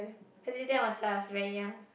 so do you think I was like I was very young